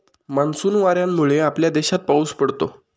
monsoon वाऱ्यांमुळे आपल्या देशात पाऊस पडतो